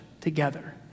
together